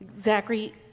zachary